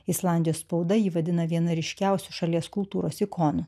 islandijos spauda jį vadina viena ryškiausių šalies kultūros ikonų